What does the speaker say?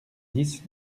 dix